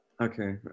Okay